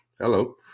hello